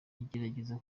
yagerageza